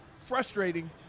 frustrating